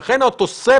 לבדואים יש לנו התייחסות